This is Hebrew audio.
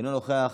אינו נוכח,